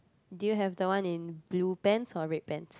do you have the one in blue pants or red pants